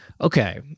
okay